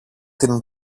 την